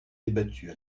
débattue